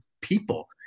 people